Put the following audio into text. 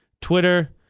Twitter